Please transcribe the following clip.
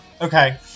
Okay